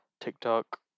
TikTok